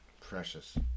Precious